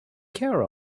care